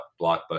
blockbuster